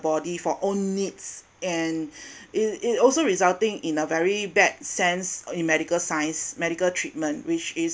body for own needs and it it also resulting in a very bad sense in medical science medical treatment which is